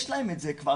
יש להם את זה כבר,